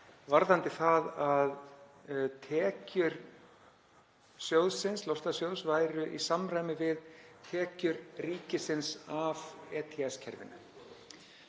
varðandi það að tekjur loftslagssjóðs væru í samræmi við tekjur ríkisins af ETS-kerfinu.